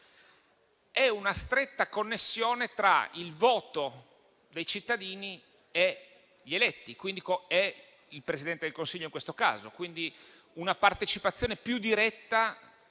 e una stretta connessione tra il voto dei cittadini e gli eletti, il Presidente del Consiglio in questo caso. Quindi una partecipazione più diretta